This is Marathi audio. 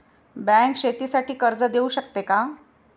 बँक शेतीसाठी कर्ज देऊ शकते का?